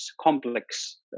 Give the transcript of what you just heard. complex